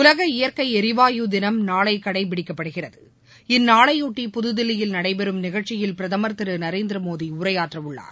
உலக இயற்கை எரிவாயு தினம் நாளை கடைபிடிக்கப்படுகிறதுஇந்நாளையொட்டி புதுதில்லியில் நடைபெறும் நிகழ்ச்சியில் பிரதமர் திரு நரேந்திரமோடி உரையாற்றவுள்ளார்